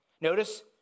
Notice